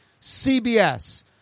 CBS